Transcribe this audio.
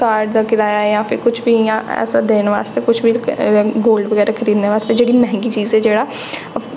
घर दा किराया जां फिर कुछ बी इ'यां असें देने बास्तै कुछ बी इयां गोल्ड बगैरा खरीदने बास्तै जेह्ड़ी मैंह्गी चीज़ ऐ जेह्ड़ा